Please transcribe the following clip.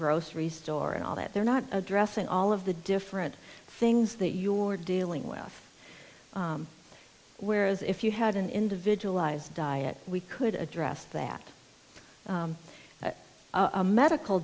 grocery store and all that they're not addressing all of the different things that you are dealing with whereas if you had an individualized diet we could address that at a medical